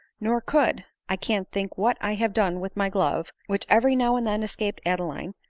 nor could, i can't think what i have done with my glove, which every now and then escaped adeline,